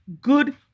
good